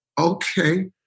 okay